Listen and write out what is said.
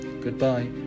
Goodbye